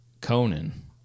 Conan